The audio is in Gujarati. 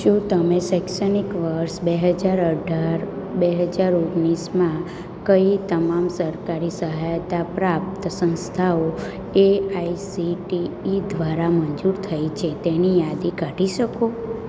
શું તમે શૈક્ષણિક વર્ષ બે હજાર અઢાર બે હજાર ઓગણીસમાં કઈ તમામ સરકારી સહાયતા પ્રાપ્ત સંસ્થાઓ A I C T E દ્વારા મંજૂર થઇ છે તેની યાદી કાઢી શકો